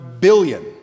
billion